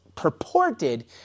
purported